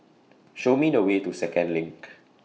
Show Me The Way to Second LINK